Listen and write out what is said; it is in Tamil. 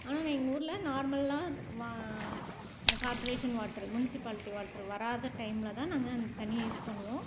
ஆனால் என்ன எங்கள் ஊரில் நார்மலாக வா கார்ப்ரேஷன் வாட்ரு முனிசிபாலிட்டி வாட்ரு வராத டைமில் தான் நாங்கள் அந்த தண்ணியை யூஸ் பண்ணுவோம்